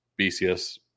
BCS